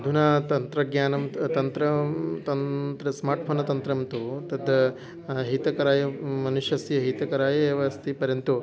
अधुना तन्त्रज्ञानं तत् तन्त्रं तन्त्रं स्मार्ट्फ़ोन् तन्त्रं तु तद् हितकराय मनुष्यस्य हितकराय एव अस्ति परन्तु